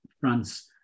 france